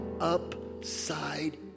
upside